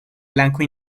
blanco